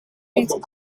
wint